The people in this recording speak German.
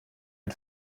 ein